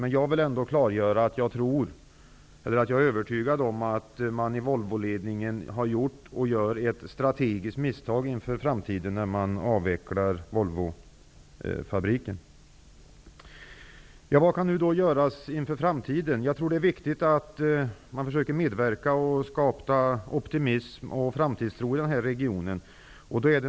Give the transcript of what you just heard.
Men jag är övertygad om att Volvoledningen har gjort och gör ett strategiskt misstag inför framtiden när Vad kan göras inför framtiden? Jag tror att det är viktigt att försöka medverka till att skapa optimism och framtidstro i regionen.